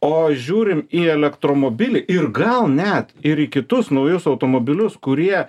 o žiūrime į elektromobilį ir gal net ir į kitus naujus automobilius kurie